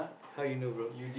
how you know bro